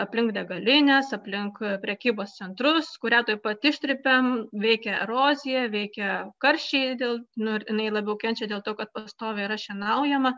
aplink degalines aplinkui prekybos centrus kurią tuoj pati ištrypiam veikia erozija veikia karščiai dėl nu jinai labiau kenčia dėl to kad pastoviai yra šienaujama